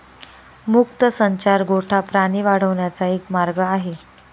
मुक्त संचार गोठा प्राणी वाढवण्याचा एक मार्ग आहे